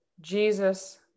Jesus